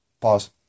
Pause